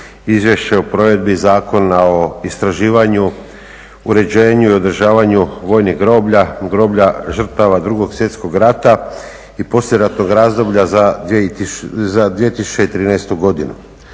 izvješće o provedbi Zakona o istraživanju, uređenju, održavanju vojnih groblja, groblja žrtava II. Svjetskog rata i poslijeratnog razdoblja za 2013. godinu.